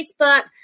Facebook